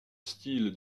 style